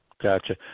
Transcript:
Gotcha